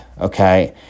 okay